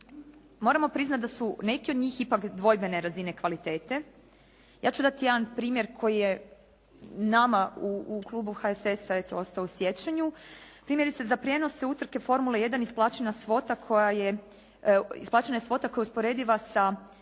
Moramo priznati da su neki od njih ipak dvojbene razine kvalitete. Ja ću dati jedan primjer koji je nama u Klubu HSS-a eto ostao u sjećanju. Primjerice za prijenose utrke Formule 1 isplaćena svota koja je, isplaćena je